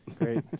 great